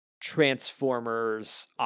Transformers